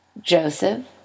Joseph